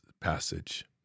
passage